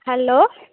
hello